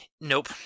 Nope